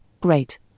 great